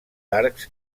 arcs